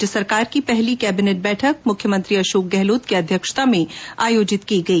राज्य सरकार की पहली केबिनेट बैठक मुख्यमंत्री अशोक गहलोत की अध्यक्षता में आयोजित की गई